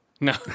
No